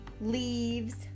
leaves